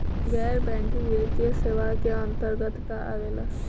गैर बैंकिंग वित्तीय सेवाए के अन्तरगत का का आवेला?